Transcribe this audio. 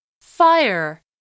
Fire